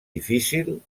difícil